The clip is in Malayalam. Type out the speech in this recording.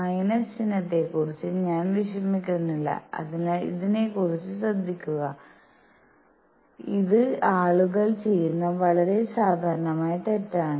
മൈനസ് ചിഹ്നത്തെക്കുറിച്ച് ഞാൻ വിഷമിക്കുന്നില്ല അതിനാൽ ഇതിനെക്കുറിച്ച് ശ്രദ്ധിക്കുക ഇത് ആളുകൾ ചെയ്യുന്ന വളരെ സാധാരണമായ തെറ്റാണ്